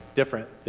different